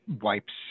wipes